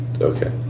okay